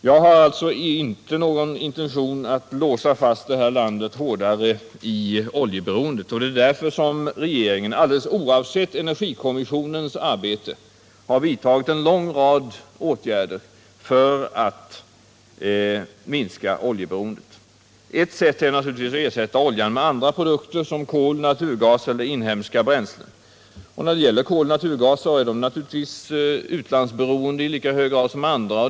Jag har alltså inga intentioner att låsa fast detta land i ett hårdare oljeberoende. Därför har regeringen alldeles oavsett energikommissionens arbete vidtagit en lång rad åtgärder för att minska oljeberoendet. Ett sätt är att ersätta oljan med andra produkter som kol, naturgas eller inhemska bränslen. Kol och naturgas är naturligtvis lika utlandsberoende som andra.